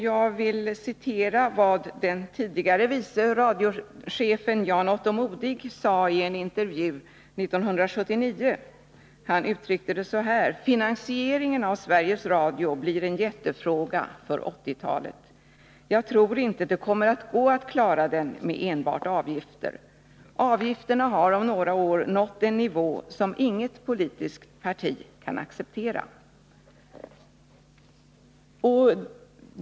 Jag vill återge vad den tidigare vice radiochefen Jan-Otto Modig sade i en intervju 1979: Finansieringen av Sveriges Radio blir en jättefråga för 1980-talet. Jag tror inte att det kommer att gå att klara den med enbart avgifter. Avgifterna har under några år nått en nivå som inget politiskt parti kan acceptera. Så långt Jan-Otto Modig.